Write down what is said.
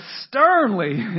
sternly